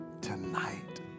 tonight